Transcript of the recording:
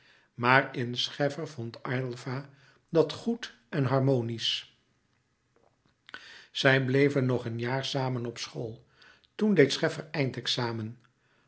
maar in scheflouis couperus metamorfoze fer vond aylva dat goed en harmonisch zij bleven nog een jaar samen op school toen deed